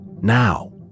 now